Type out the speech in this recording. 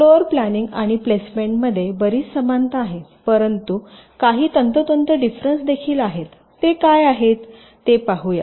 floor planning आणि प्लेसमेंटमध्ये बरीच समानता आहे परंतु काही तंतोतंत डिफरंस देखील आहेत ते काय आहेत ते पाहूया